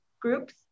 groups